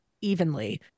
evenly